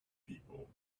people